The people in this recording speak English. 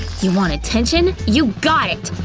you want attention? you got it!